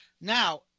Now